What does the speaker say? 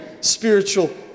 spiritual